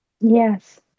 Yes